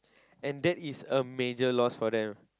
and that is a major loss for them